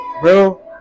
bro